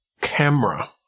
camera